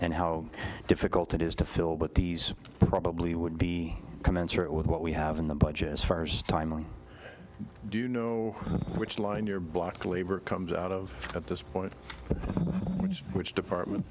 how difficult it is to fill but these probably would be commensurate with what we have in the budget is first time we do know which line you're block to labor comes out of at this point which department